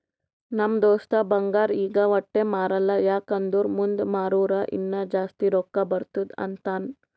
ನಮ್ ದೋಸ್ತ ಬಂಗಾರ್ ಈಗ ವಟ್ಟೆ ಮಾರಲ್ಲ ಯಾಕ್ ಅಂದುರ್ ಮುಂದ್ ಮಾರೂರ ಇನ್ನಾ ಜಾಸ್ತಿ ರೊಕ್ಕಾ ಬರ್ತುದ್ ಅಂತಾನ್